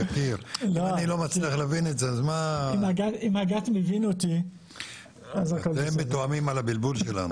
הסף: בכל תב"ע מאושרת שכבר מוכנה לתכנון מפורט לביצוע של תשתיות,